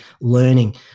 learning